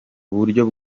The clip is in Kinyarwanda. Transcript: uburyo